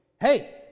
Hey